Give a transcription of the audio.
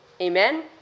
Amen